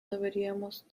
deberíamos